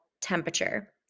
temperature